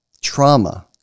trauma